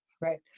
Right